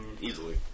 Easily